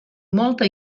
molta